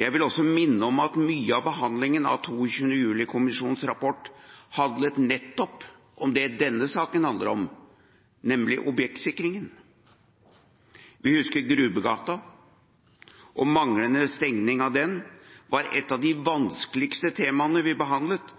Jeg vil også minne om at mye av behandlingen av 22. juli-kommisjonens rapport handlet nettopp om det denne saken handler om, nemlig objektsikring. Vi husker at Grubbegata og manglende stenging av den var et av de vanskeligste temaene vi behandlet